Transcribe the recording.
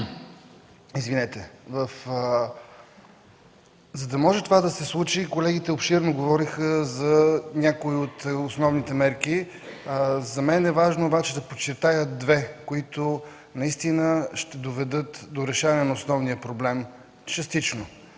система. За да може това да се случи, колегите обширно говориха за някои от основните мерки. За мен е важно обаче да подчертая две, които наистина ще доведат до решаване на основния проблем частично.